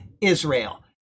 israel